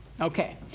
Okay